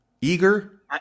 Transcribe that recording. Eager